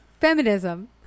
feminism